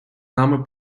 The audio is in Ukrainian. нами